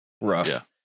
rough